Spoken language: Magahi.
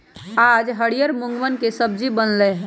आज हरियर मूँगवन के सब्जी बन लय है